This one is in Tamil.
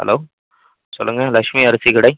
ஹலோ சொல்லுங்கள் லக்ஷ்மி அரிசி கடை